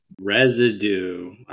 Residue